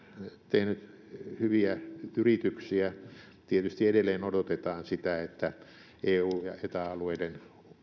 tehnyt hyviä yrityksiä tietysti edelleen odotetaan sitä että eu ja eta alueiden